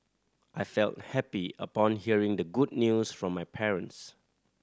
I felt happy upon hearing the good news from my parents